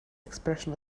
expression